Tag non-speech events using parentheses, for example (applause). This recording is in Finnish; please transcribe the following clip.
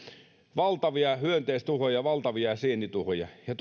valtavia hyönteistuhoja ja valtavia sienituhoja ja (unintelligible)